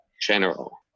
general